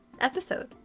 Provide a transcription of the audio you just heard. episode